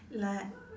like